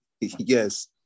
Yes